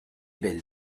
belles